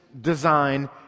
design